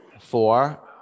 four